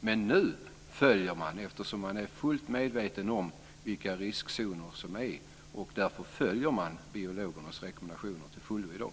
Men nu följer man dem, eftersom man är fullt medveten om vilka riskzoner som gäller. Därför följer man biologernas rekommendationer till fullo i dag.